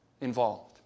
involved